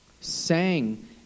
sang